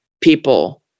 people